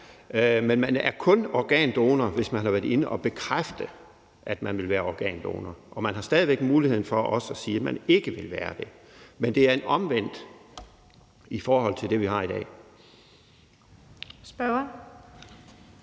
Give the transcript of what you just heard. men man er kun organdonor, hvis man har været inde at bekræfte, at man vil være organdonor, og man har stadig væk muligheden for også at sige, at man ikke vil være det. Men det er omvendt i forhold til det, vi har i dag.